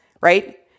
right